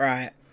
Right